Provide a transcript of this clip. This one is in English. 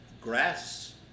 grass